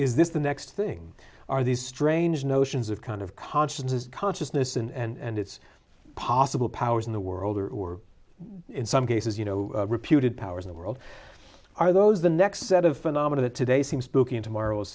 is this the next thing are these strange notions of kind of consciences consciousness and it's possible powers in the world or in some cases you know reputed powers in the world are those the next set of phenomena that today seems booking tomorrow